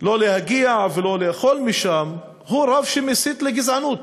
לא להגיע ולא לאכול שם, הוא רב שמסית לגזענות,